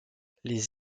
les